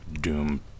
Doom